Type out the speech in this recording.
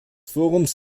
forums